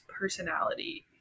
personality